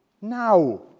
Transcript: Now